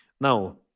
Now